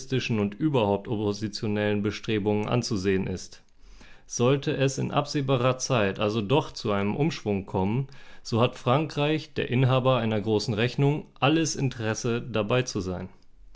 und überhaupt oppositionellen bestrebungen anzusehen ist sollte es in absehbarer zeit also doch zu einem umschwung kommen so hat frankreich der inhaber einer großen rechnung alles interesse dabei zu sein